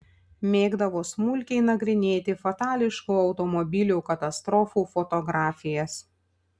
mėgdavo smulkiai nagrinėti fatališkų automobilių katastrofų fotografijas